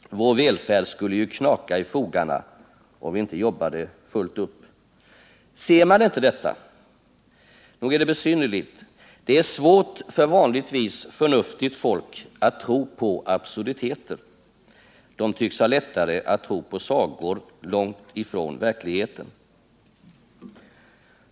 Vår välfärd skulle ju knaka i fogarna om vi inte jobbade fullt upp. Ser man icke detta? Nog är det besynnerligt. Det är svårt för vanligtvis förnuftigt folk att tro på absurditeter. De tycks ha lättare att tro på sagor — långt från verkligheten.